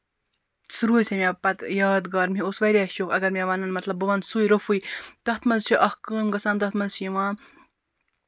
سُہ روزِ ہے مےٚ پَتہٕ یاد گار مےٚ اوس واریاہ شوق اَگر مےٚ وَنان مطلب بہٕ وَنہٕ سُے روٚفٕے تَتھ منٛز چھُ اکھ کٲم گژھان تَتھ منٛز چھِ یِوان